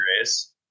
race